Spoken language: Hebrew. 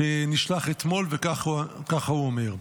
שנשלח אתמול, וככה הוא אומר: